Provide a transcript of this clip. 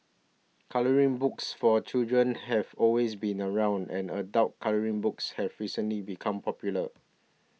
colouring books for children have always been around and adult colouring books have recently become popular